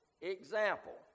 example